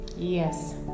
Yes